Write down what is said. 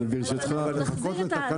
אבל לא מקובל לחכות לתקנות.